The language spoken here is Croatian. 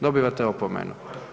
Dobivate opomenu.